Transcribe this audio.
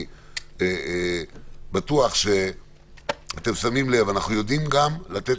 אני בטוח שאתם שמים לב שאנחנו יודעים גם לתת